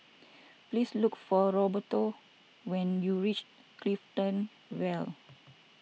please look for Roberto when you reach Clifton Vale